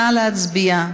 נא להצביע.